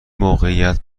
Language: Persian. موقعیت